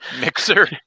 mixer